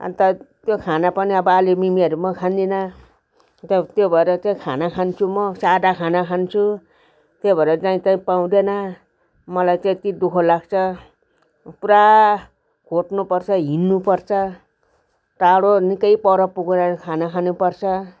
अन्त त्यो खाना पनि अब आलु मिमीहरू म खाँदिनँ त्यो त्यो भएर त्यो खाना खान्छु म सादा खाना खान्छु त्यो भएर जहीँ तहीँ पाउँदैन मलाई त्यत्ति दुःख लाग्छ पुरा खोज्नु पर्छ हिँड्नु पर्छ टाडो निक्कै पर पुगेर खाना खानु पर्छ